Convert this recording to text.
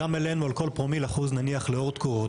גם אלינו על כל פרומיל אחוז לעוד תקורות,